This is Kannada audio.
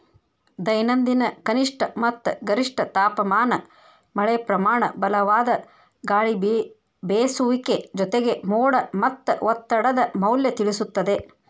ದೈನಂದಿನ ಕನಿಷ್ಠ ಮತ್ತ ಗರಿಷ್ಠ ತಾಪಮಾನ ಮಳೆಪ್ರಮಾನ ಬಲವಾದ ಗಾಳಿಬೇಸುವಿಕೆ ಜೊತೆಗೆ ಮೋಡ ಮತ್ತ ಒತ್ತಡದ ಮೌಲ್ಯ ತಿಳಿಸುತ್ತದೆ